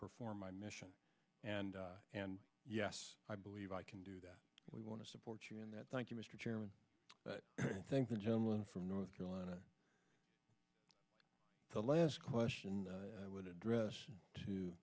perform my mission and and yes i believe i can do that we want to support you in that thank you mr chairman but thank the gentleman from north carolina the last question i would address to